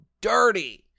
dirty